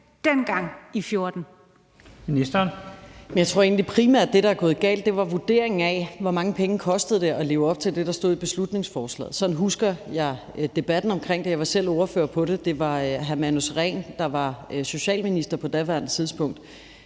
(Pernille Rosenkrantz-Theil): Jeg tror egentlig, at det, der primært er gået galt, er vurderingen af, hvor mange penge det kostede at leve op til det, der stod i beslutningsforslaget. Sådan jeg husker debatten omkring det, og jeg var selv ordfører på det. Det var hr. Manu Sareen, der var socialminister på daværende tidspunkt.